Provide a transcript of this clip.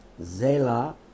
Zela